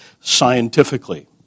scientifically